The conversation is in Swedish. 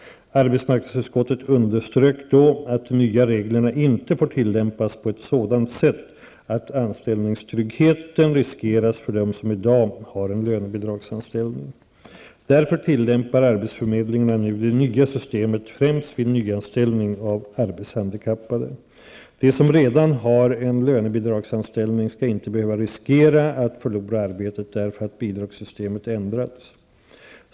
Arbetsmarknadsutskottet underströk då att de nya reglerna inte får tillämpas på ett sådant sätt att anställningstryggheten riskeras för dem som i dag har en lönebidragsanställning. Därför tillämpar arbetsförmedlingarna nu det nya systemet främst vid nyanställning av arbetshandikappade. De som redan har en lönebidragsanställning skall inte behöva riskera att förlora arbetet därför att bidragssystemet ändrats.